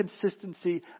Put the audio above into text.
consistency